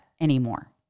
anymore